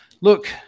look